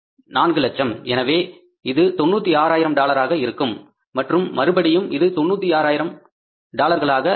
4 லட்சம் எனவே இது 96 ஆயிரம் டாலர்களாக இருக்கும் மற்றும் மறுபடியும் இது 96 ஆயிரம் டாலர்களாக இருக்கும்